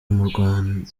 umwanda